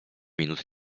minut